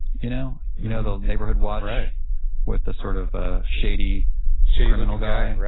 you know you know the neighborhood watch with the sort of ah shady shady criminal guy